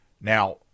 Now